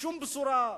שום בשורה,